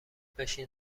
بشین